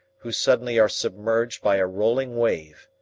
who suddenly are submerged by a rolling wave.